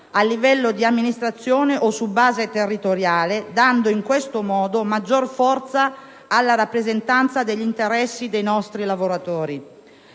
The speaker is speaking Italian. a livello di amministrazione o su base territoriale, dando in questo modo maggior forza alla rappresentanza degli interessi dei nostri lavoratori.